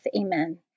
Amen